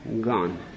gone